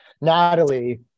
Natalie